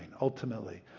ultimately